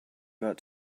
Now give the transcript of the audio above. got